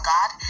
God